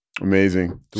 Amazing